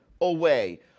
away